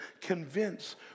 Convince